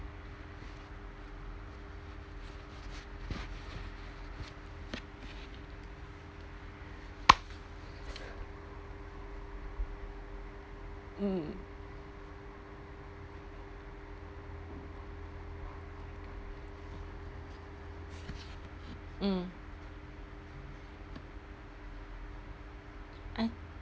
mm mm I